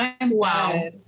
Wow